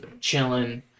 chilling